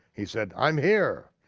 he said i'm here,